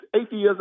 atheism